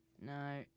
No